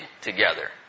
together